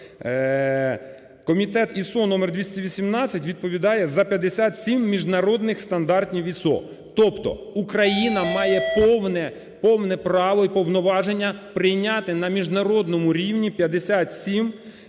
Комітет ISO номер 218 відповідає за 57 міжнародних стандартів ISO. Тобто Україна має повне, повне право і повноваження прийняти на міжнародному рівні 57 відповідних міжнародних стандартів.